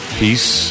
peace